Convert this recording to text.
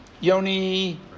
Yoni